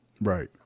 Right